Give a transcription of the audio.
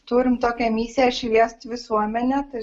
turim tokią misiją šviest visuomenę tai